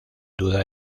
duda